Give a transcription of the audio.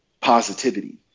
positivity